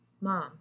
Mom